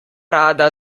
rada